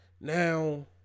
Now